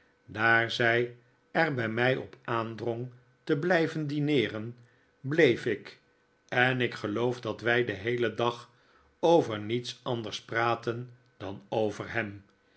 daar zij er bij mij op aandrong te blijven dineeren bleef ik en ik geloof dat wij den heelen dag over niets anders praatten dan over hem